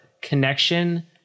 connection